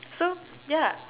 so ya